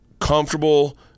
comfortable